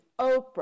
Oprah